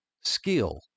skill